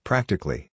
Practically